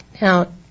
Now